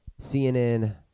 CNN